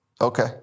Okay